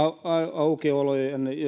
aukiolojen